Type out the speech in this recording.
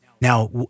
Now